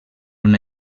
una